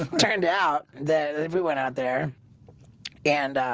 turned out that everyone out there and